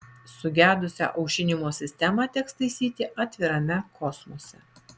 sugedusią aušinimo sistemą teks taisyti atvirame kosmose